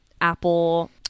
apple